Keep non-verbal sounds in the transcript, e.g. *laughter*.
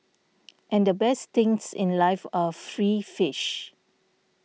*noise* and the best things in life are free fish